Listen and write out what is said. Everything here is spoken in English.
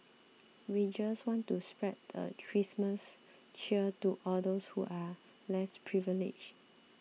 we just want to spread the Christmas cheer to all those who are less privileged